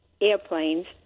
airplanes